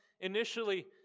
initially